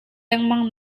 lengmang